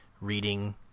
reading